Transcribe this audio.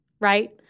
right